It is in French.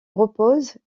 reposent